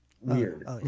weird